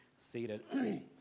Seated